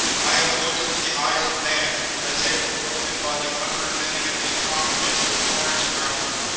i have looked into the eyes of men as they were broken by the unremitting and incomprehensible carnage around them.